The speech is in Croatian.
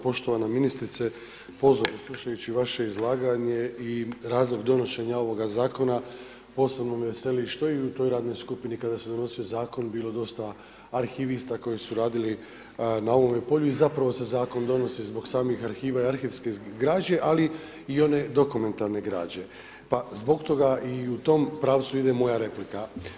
Poštovana ministrice, pozorno slušajući vaše izlaganje i razradu donošenja ovog zakona, posebno me veseli što u toj radnoj skupini kada se donosio zakon je bilo dosta arhivista koji su radili na ovome polju i zapravo se zakon donosi zbog samih arhiva i arhivske građe ali i one dokumentarne građe pa zbog toga i u tom pravcu ide moja replika.